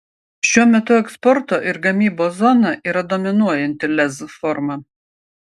šiuo metu eksporto ir gamybos zona yra dominuojanti lez forma